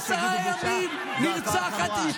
חברי כנסת שיגידו "בושה" זו הפרה חמורה.